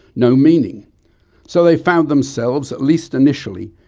no meaning so they found themselves, at least initially,